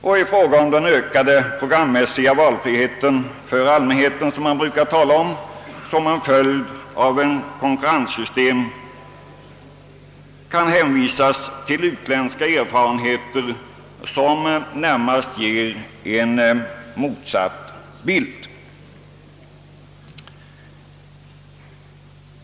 Och i fråga om den ökade programmässiga valfrihet för allmänheten, som man brukar tala om som en följd av ett konkurrenssystem, kan hänvisas till utländska erfarenheter som närmast ger en motsatt bild.